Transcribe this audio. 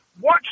Watch